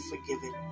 forgiven